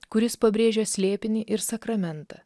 kuris pabrėžia slėpinį ir sakramentą